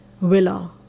villa